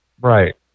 Right